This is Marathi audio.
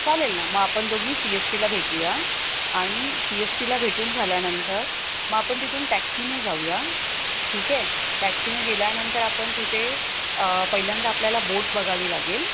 चालेल ना मग आपण दोघी सी एस टीला भेटूया आणि सी एस टीला भेटून झाल्यानंतर मग आपण तिथून टॅक्सीने जाऊया ठीक आहे टॅक्सीने गेल्यानंतर आपण तिथे पहिल्यांदा आपल्याला बोट बघावी लागेल